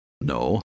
No